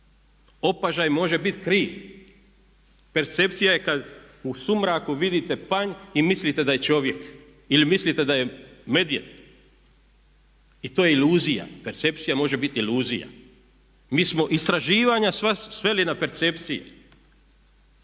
Opažaj može biti kriv. Percepcija je kad u sumraku vidite panj i mislite da je čovjek ili mislite da je medvjed i to je iluzija, percepcija može biti iluzija. Mi smo istraživanja sva sveli na percepcije,